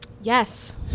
Yes